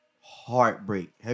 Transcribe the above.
heartbreak